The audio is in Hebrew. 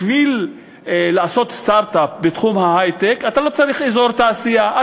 בשביל לעשות סטרט-אפ בתחום ההיי-טק אתה לא צריך אזור תעשייה,